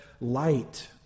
light